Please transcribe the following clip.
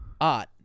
art